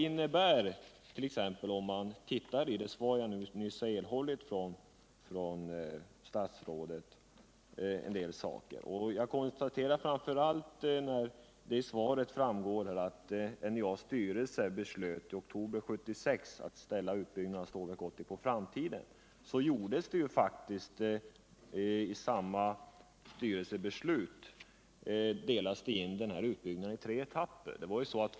I det svar som jag här har fått av industriministern sägs det: ”I oktober 1976 beslöt NJA:s styrelse att ställa utbyggandet av Stålverk 80 på framtiden.” Men i samma styrelsebeslut talades det faktiskt om en utbyggnad i tre etapper.